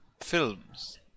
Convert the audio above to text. films